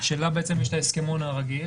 שלה יש את ההסכמון הרגיל,